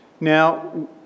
Now